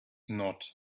not